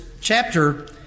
chapter